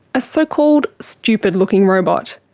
a so-called stupid looking robot.